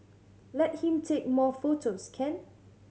let him take more photos can